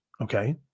Okay